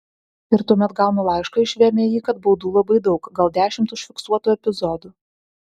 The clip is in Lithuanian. ir tuomet gaunu laišką iš vmi kad baudų labai daug gal dešimt užfiksuotų epizodų